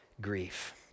grief